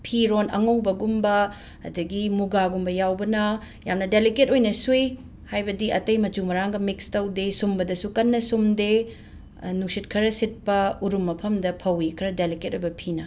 ꯐꯤꯔꯣꯟ ꯑꯉꯧꯕꯒꯨꯝꯕ ꯑꯗꯒꯤ ꯃꯨꯒꯥꯒꯨꯝꯕ ꯌꯥꯎꯕꯅ ꯌꯥꯝꯅ ꯗꯦꯂꯤꯀꯦꯠ ꯑꯣꯏꯅ ꯁꯨꯏ ꯍꯥꯏꯕꯗꯤ ꯑꯇꯩ ꯃꯆꯨ ꯃꯔꯥꯡꯒ ꯃꯤꯛꯁ ꯇꯧꯗꯦ ꯁꯨꯝꯕꯗꯁꯨ ꯀꯟꯅ ꯁꯨꯝꯗꯦ ꯅꯨꯡꯁꯤꯠ ꯈꯔ ꯁꯤꯠꯄ ꯎꯔꯨꯝ ꯃꯐꯝꯗ ꯐꯧꯋꯤ ꯈꯔ ꯗꯦꯂꯤꯀꯦꯠ ꯑꯣꯏꯕ ꯐꯤꯅ